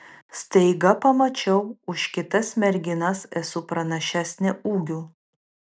staiga pamačiau už kitas merginas esu pranašesnė ūgiu